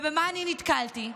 ובמה אני נתקלתי?